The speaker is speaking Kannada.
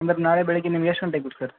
ಅಂದ್ರೆ ನಾಳೆ ಬೆಳಗ್ಗೆ ನಿಮ್ಗೆ ಎಷ್ಟು ಗಂಟೆಗೆ ಬೇಕು ಸರ್